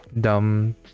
dumb